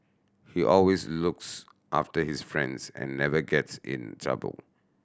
he always looks after his friends and never gets in trouble